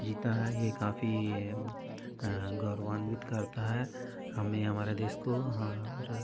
जीता है यह काफी गौरवान्वित करता है हमें हमारे देश को और